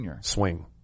swing